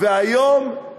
וכיום?